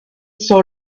saw